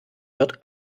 wird